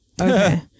Okay